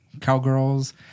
cowgirls